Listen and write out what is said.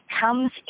comes